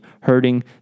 hurting